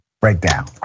breakdown